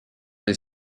des